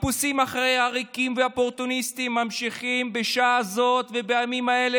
החיפושים אחרי עריקים ואופורטוניסטים ממשיכים בשעה זאת ובימים האלה,